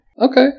Okay